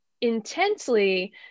intensely